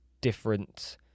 different